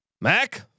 Mac